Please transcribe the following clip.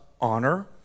honor